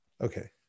Okay